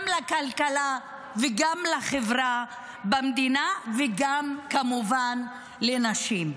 לכלכלה וגם לחברה במדינה וכמובן גם לנשים.